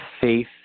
faith